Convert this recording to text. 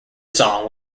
song